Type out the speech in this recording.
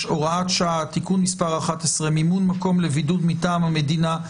(הוראת שעה) (תיקון מס' 11) (מימון מקום לבידוד מטעם המדינה),